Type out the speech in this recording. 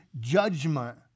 judgment